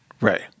right